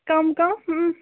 کَم کَم